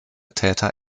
täter